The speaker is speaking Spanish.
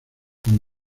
con